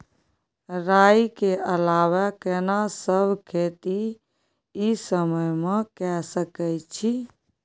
राई के अलावा केना सब खेती इ समय म के सकैछी?